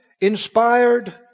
inspired